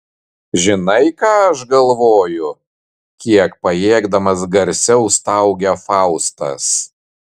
žinai ką aš galvoju kiek pajėgdamas garsiau staugia faustas